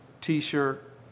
T-shirt